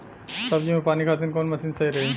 सब्जी में पानी खातिन कवन मशीन सही रही?